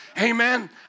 Amen